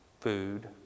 food